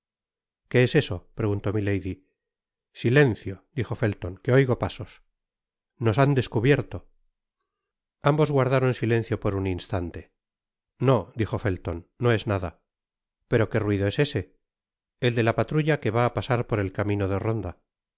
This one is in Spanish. qué es eso preguntó milady silencio dijo felton que oigo pasos nos han descubierto content from google book search generated at content from google book search generated at content from google book search generated at ambos guardaron silencio por un instante no dijo felton no es nada pero qué ruido es ese el de la patrulla que va á pasar por el camino de ronda